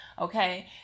okay